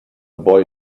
boy